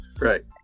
Right